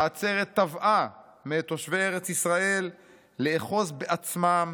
העצרת תבעה מאת תושבי ארץ ישראל לאחוז בעצמם